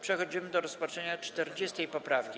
Przechodzimy do rozpatrzenia 40. poprawki.